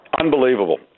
Unbelievable